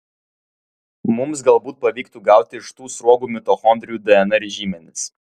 mums galbūt pavyktų gauti iš tų sruogų mitochondrijų dnr žymenis